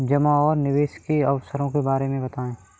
जमा और निवेश के अवसरों के बारे में बताएँ?